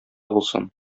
булсын